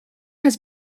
has